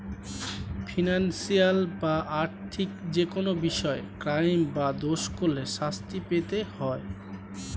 financial বা আর্থিক যেকোনো বিষয়ে ক্রাইম বা দোষ করলে শাস্তি পেতে হয়